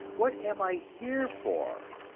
what am i here for?